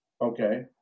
okay